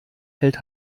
hält